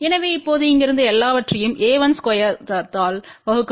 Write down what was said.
எனவே இப்போது இங்கிருந்து எல்லாவற்றையும் a1ஸ்கொயர்த்தால் வகுக்கவும்